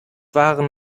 waren